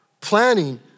planning